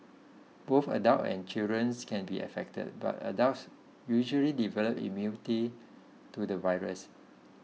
both adults and can be affected but adults usually develop immunity to the virus